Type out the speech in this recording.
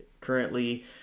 currently